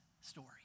story